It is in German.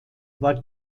war